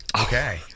Okay